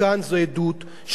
שגם כשיוצאים לדרך,